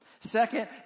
Second